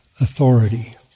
authority